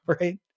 right